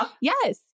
Yes